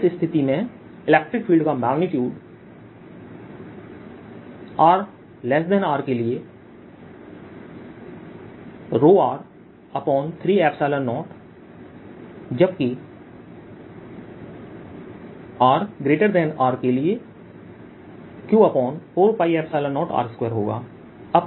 इस स्थिति में इलेक्ट्रिक फील्ड का मेग्नीट्यूड E rRके लिए ρr30 जबकि के लि rRजबकि के लिए Q4π0r2 होगा